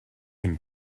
can